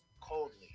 coldly